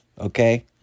Okay